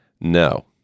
no